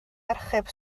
archeb